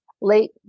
late